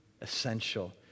essential